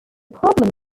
problem